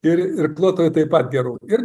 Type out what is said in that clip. ir irkluotojų taip pat gerų ir